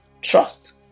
Trust